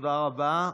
תודה רבה.